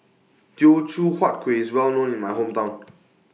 Teochew Huat Kuih IS Well known in My Hometown